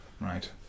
right